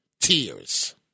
Tears